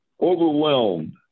overwhelmed